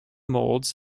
moulds